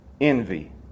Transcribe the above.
Envy